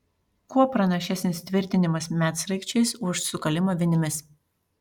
kuo pranašesnis tvirtinimas medsraigčiais už sukalimą vinimis